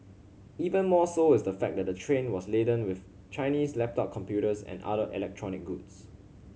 even more so is the fact that the train was laden with Chinese laptop computers and other electronic goods